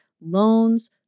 loans